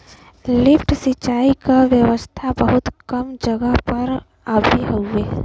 lift सिंचाई क व्यवस्था बहुत कम जगह पर अभी हउवे